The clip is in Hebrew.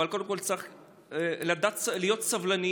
אבל קודם כול צריך לדעת להיות סבלניים,